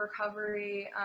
recovery